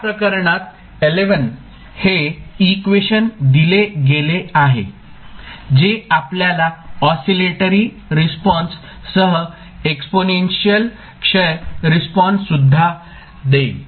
या प्रकरणात हे इक्वेशन दिले गेले आहे जे आपल्याला ऑसीलेटरी रिस्पॉन्स सह एक्सपोनेन्शियल क्षय रिस्पॉन्स सुद्धा देईल